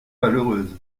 malheureuse